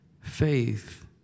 faith